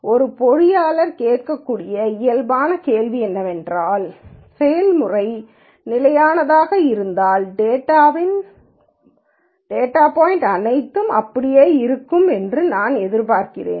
ஒரு பொறியாளர் கேட்கக்கூடிய ஒரு இயல்பான கேள்வி என்னவென்றால் செயல்முறை நிலையானதாக இருந்தால் டேட்டா பாய்ன்ட்கள் அனைத்தும் அப்படியே இருக்கும் என்று நான் எதிர்பார்க்கிறேன்